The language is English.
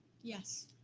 Yes